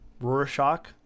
Rorschach